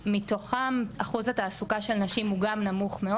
מתוכם אחוז התעסוקה של נשים הוא גם נמוך מאוד